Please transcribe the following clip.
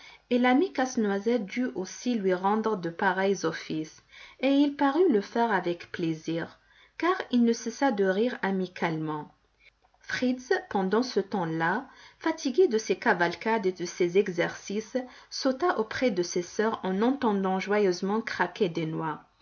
et l'ami casse-noisette dut aussi lui rendre de pareils offices et il parut le faire avec plaisir car il ne cessa de rire amicalement fritz pendant ce temps-là fatigué de ses cavalcades et de ses exercices sauta auprès de ses sœurs en entendant joyeusement craquer des noix